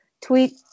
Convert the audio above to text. tweet